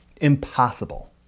Impossible